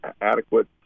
adequate